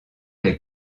les